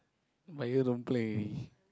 my year don't play already